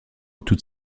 toute